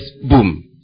boom